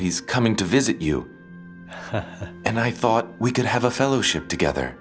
he's coming to visit you and i thought we could have a fellowship together